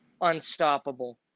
unstoppable